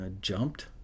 jumped